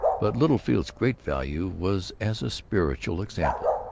but littlefield's great value was as a spiritual example.